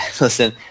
listen